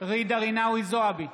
ג'ידא רינאוי זועבי,